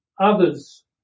others